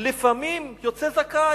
לפעמים יוצא זכאי.